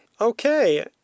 Okay